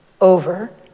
over